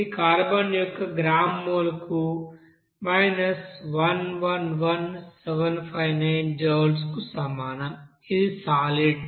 ఇది కార్బన్ యొక్క గ్రామ్ మోల్కు 111759 జౌల్స్ కు సమానం అది సాలిడ్